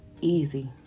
easy